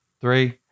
Three